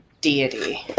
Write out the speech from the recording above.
Deity